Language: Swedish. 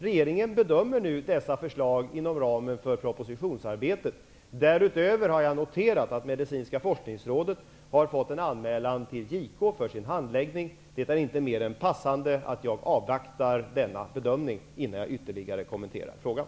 Regeringen bedömer nu detta förslag inom ramen för propositionsarbetet. Jag har därutöver noterat att JK har fått en anmälan med anledning av Medicinska forskningsrådets handläggning. Det är inte mer än passande att jag avvaktar JK:s bedömning innan jag ytterligare kommenterar frågan.